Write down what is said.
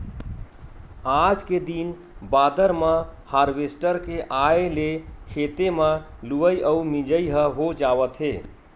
आज के दिन बादर म हारवेस्टर के आए ले खेते म लुवई अउ मिजई ह हो जावत हे